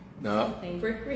No